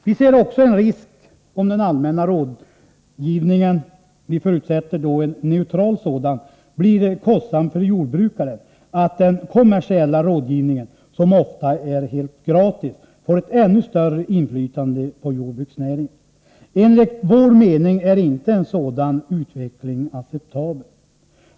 Vi ser också en risk för, om den allmänna rådgivningen — vi förutsätter då en neutral sådan — blir kostsam för jordbrukaren, att den kommersiella rådgivningen, som ofta är helt gratis, får ett ännu större inflytande på jordbruksnäringen. Enligt vår mening är inte en sådan utveckling acceptabel.